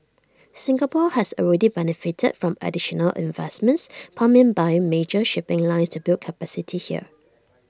Singapore has already benefited from additional investments pumped in by major shipping lines to build capacity here